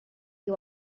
you